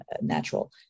natural